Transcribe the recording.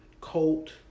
Colt